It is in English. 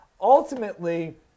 Ultimately